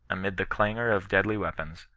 amid the clangor of deadly weapons,